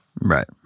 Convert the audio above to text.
Right